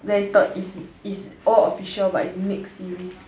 then third is all official but it's mix series